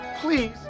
Please